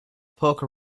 poke